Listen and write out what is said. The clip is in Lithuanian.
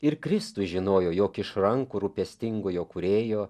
ir kristus žinojo jog iš rankų rūpestingojo kūrėjo